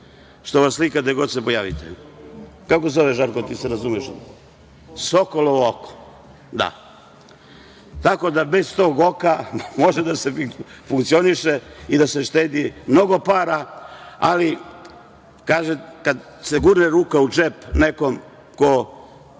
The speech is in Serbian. što vas slika gde god se pojavite. Kako se zove, Žarko. ti se razumeš? „Sokolovo oko“. Da, tako da, bez tog oka može da se funkcioniše i da se štedi mnogo para, ali kad se gurne ruka u džep nekom ko